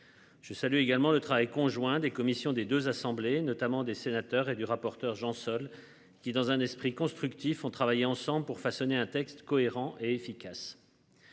Je salue également le travail conjoint des commissions des 2 assemblées notamment des sénateurs et du rapporteur Jean-Sol qui, dans un esprit constructif, ont travaillé ensemble pour façonner un texte cohérent et efficace.